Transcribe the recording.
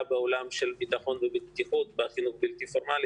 בעולם של ביטחון ובטיחות בחינוך הבלתי פורמלי.